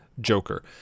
Joker